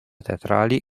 teatrali